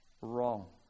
wrong